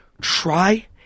Try